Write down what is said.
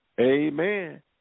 Amen